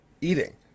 eating